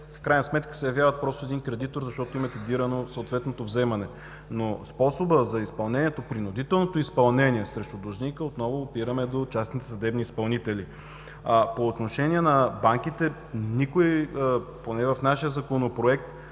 в крайна сметка се явяват кредитор, защото им е цедирано съответното вземане. За способа на изпълнението обаче, принудителното изпълнение срещу длъжника, отново опираме до частни съдебни изпълнители. По отношение на банките – в нашия Законопроект